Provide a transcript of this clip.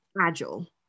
Agile